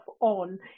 on